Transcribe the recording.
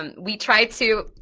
um we try to,